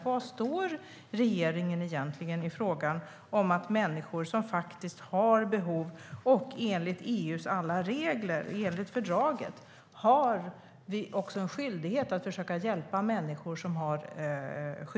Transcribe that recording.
Var står regeringen i frågan om att hjälpa människor som har skyddsbehov och där EU enligt alla regler, enligt fördraget, har en skyldighet att hjälpa till?